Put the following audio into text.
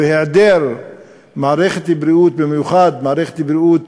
היעדר מערכת בריאות, ובמיוחד מערכת בריאות